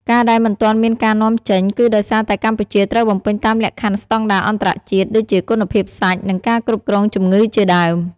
ការដែលមិនទាន់មានការនាំចេញ គឺដោយសារតែកម្ពុជាត្រូវបំពេញតាមលក្ខខណ្ឌស្តង់ដារអន្តរជាតិ ដូចជាគុណភាពសាច់ និងការគ្រប់គ្រងជម្ងឺជាដើម។